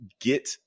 get